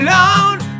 Alone